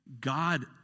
God